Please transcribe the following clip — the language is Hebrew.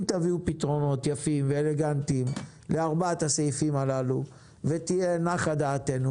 אם תביאו פתרונות יפים ואלגנטיים לארבעת הסעיפים הללו ותנוח דעתנו,